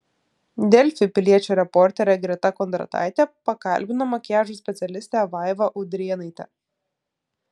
delfi piliečio reporterė greta kondrataitė pakalbino makiažo specialistę vaivą udrėnaitę